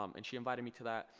um and she invited me to that.